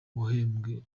wahembwe